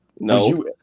no